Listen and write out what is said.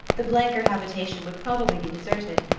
the blenker habitation would probably be deserted,